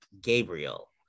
Gabriel